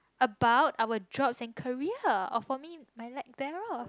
about our jobs and career oh for me my light bearer